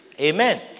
amen